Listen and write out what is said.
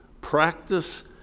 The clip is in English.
Practice